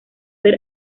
ver